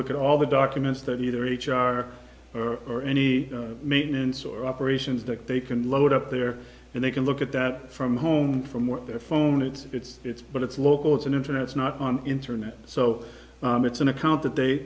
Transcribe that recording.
look at all the documents that either h r or any maintenance or operations that they can load up there and they can look at that from home from what their phone it's it's it's but it's local it's an internet it's not on internet so it's an account that